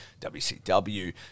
WCW